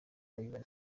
ivan